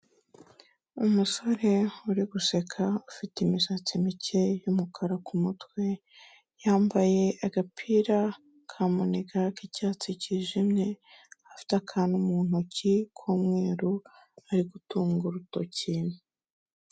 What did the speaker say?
Umusore uri guseka ufite imisatsi mike y'umukara ku mutwe, yambaye agapira ka muniga k'icyatsi cyijimye afite akantu mu ntoki k'umweru ari gutunga urutoki.